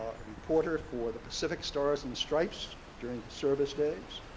a reporter for the pacific stars and stripes during his service days,